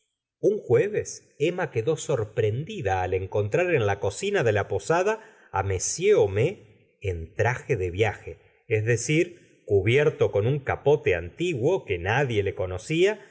un jueves emma quedó sorprendida al encontrar en la cocina de la posada á m homais en traje de viaje es decir cubierto con un capote antiguo que nadie le conocía